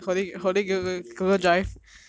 kidding kidding kidding kidding kidding kidding